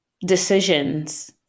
decisions